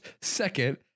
Second